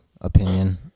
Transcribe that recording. opinion